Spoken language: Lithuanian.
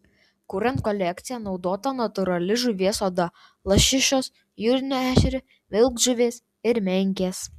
kuriant kolekciją naudota natūrali žuvies oda lašišos jūrinio ešerio vilkžuvės ir menkės